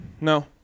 no